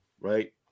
right